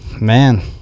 man